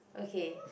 okay